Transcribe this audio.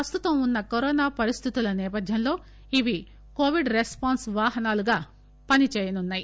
ప్రస్తుతం ఉన్స కరోనా పరిస్టితుల నేపథ్యంలో ఇవి కోవిడ్ రెస్పాన్స్ వాహనాలుగా పని చేయనున్నాయి